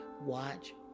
watch